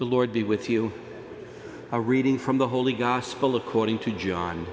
the lord be with you a reading from the holy gospel according to john